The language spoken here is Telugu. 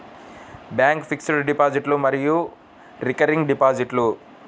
బ్యాంక్ ఫిక్స్డ్ డిపాజిట్లు మరియు రికరింగ్ డిపాజిట్లు